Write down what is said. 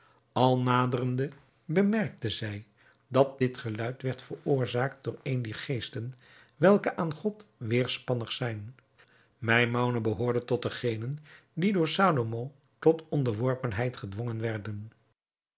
al naderende bemerkte zij dat dit geluid werd veroorzaakt door een dier geesten welke aan god weêrspannig zijn maimoune behoorde tot degenen die door salomo tot onderworpenheid gedwongen werden